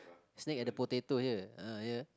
snake at the potato here ah here